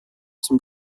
zum